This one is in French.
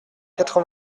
quatre